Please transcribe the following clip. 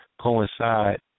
coincide